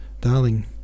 darling